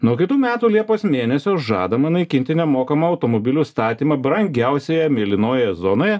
nuo kitų metų liepos mėnesio žadama naikinti nemokamą automobilių statymą brangiausioje mėlynojoje zonoje